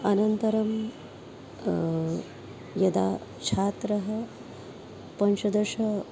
अनन्तरं यदा छात्रः पञ्चदशे